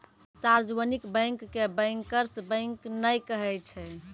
सार्जवनिक bank के bankers bank नै कहै छै